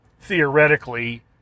theoretically